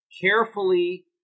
Carefully